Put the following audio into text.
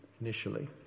initially